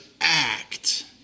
act